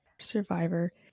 Survivor